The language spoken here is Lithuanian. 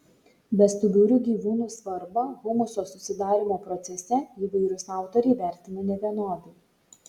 bestuburių gyvūnų svarbą humuso susidarymo procese įvairūs autoriai vertina nevienodai